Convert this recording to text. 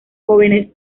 jóvenes